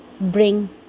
bring